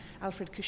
Alfred